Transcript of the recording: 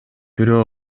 бирөө